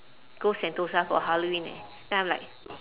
go sentosa for halloween eh then I'm like